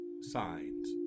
signs